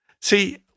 See